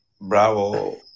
Bravo